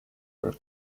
were